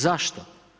Zašto?